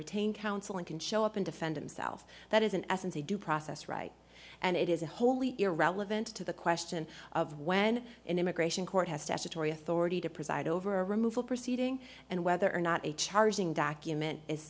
retain counsel and can show up and defend himself that is in essence a due process right and it is a wholly irrelevant to the question of when an immigration court has statutory authority to preside over a removal proceeding and whether or not a charging document is